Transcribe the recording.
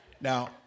Now